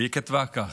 היא כתבה כך: